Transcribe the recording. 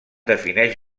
defineix